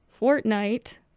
Fortnite